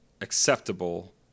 acceptable